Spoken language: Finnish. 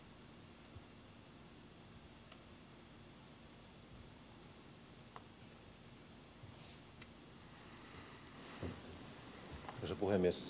arvoisa puhemies